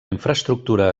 infraestructura